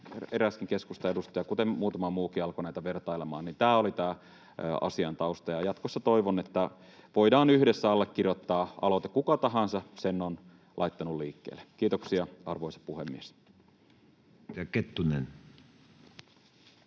eräskin keskustan edustaja, kuten muutama muukin, alkoi näitä vertailemaan. Tämä oli tämä asian tausta, ja jatkossa toivon, että voidaan yhdessä allekirjoittaa aloite, kuka tahansa sen on laittanut liikkeelle. — Kiitoksia, arvoisa puhemies. [Speech